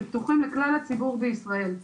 שהם פתוחים לכלל הציבור במדינת ישראל,